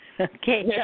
Okay